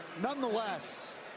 Nonetheless